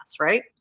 Right